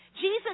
Jesus